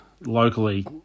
locally